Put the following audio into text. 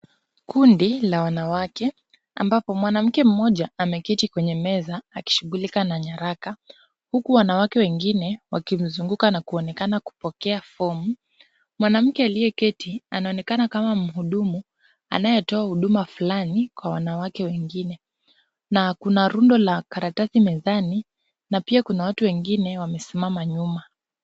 Kundi la wanawake ambapo mwanamke mmoja ameketi kwenye meza akishughulika na nyaraka huku wanawake wengine wakimzunguka na kuonekana kupokea fomu. Mwanamke aliyeketi anaonekana kama mhudumu anayetoa huduma fulani kwa wanawake wengine na kuna rundo la karatasi mezani na pia kuna watu wengine wamesimama nyuma.